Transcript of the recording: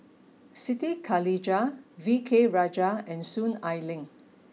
Siti Khalijah V K Rajah and Soon Ai Ling